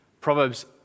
Proverbs